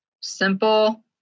simple